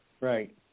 Right